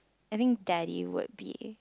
I think daddy would be